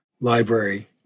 library